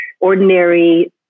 ordinary